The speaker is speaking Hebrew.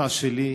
הפשוטה שלי: